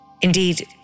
Indeed